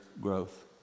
growth